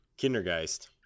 Kindergeist